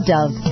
Dove